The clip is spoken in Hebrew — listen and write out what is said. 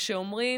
ואומרים: